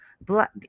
black